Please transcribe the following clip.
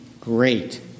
great